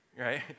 right